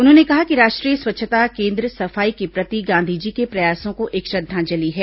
उन्होंने कहा कि राष्ट्रीय स्वच्छता केंद्र सफाई के प्रति गांधी जी के प्रयासों को एक श्रद्वांजलि है